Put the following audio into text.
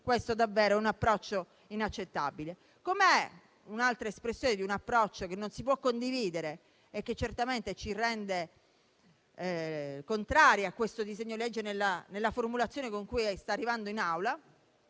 È davvero un approccio inaccettabile. Altra espressione di un approccio che non si può condividere e che certamente ci rende contrari al disegno di legge in esame, nella formulazione con cui sta arrivando in Aula,